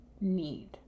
need